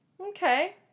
Okay